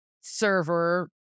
server